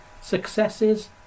successes